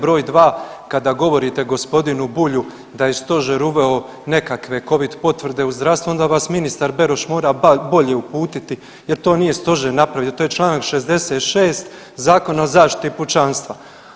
Broj dva, kada govorite g. Bulju da je stožer uveo nekakve covid potvrde u zdravstvu onda vas ministar Beroš mora bolje uputiti jer to nije Stožer napravio, to je čl. 66 Zakona o zaštiti pučanstva.